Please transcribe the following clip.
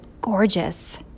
gorgeous